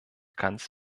ganz